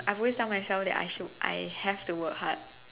I always tell myself that I should have to work hard